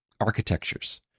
architectures